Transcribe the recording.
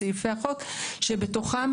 אין מקום להסדרה ספציפית בחוק משפחות חיילים,